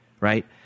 right